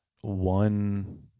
one